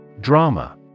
Drama